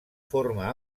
forma